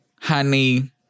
honey